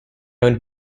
owned